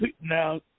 Now